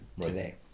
today